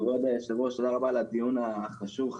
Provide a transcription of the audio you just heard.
תודה רבה על הדיון החשוב הזה.